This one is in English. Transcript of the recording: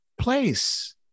place